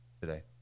today